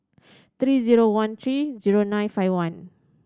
three zero one three zero nine five one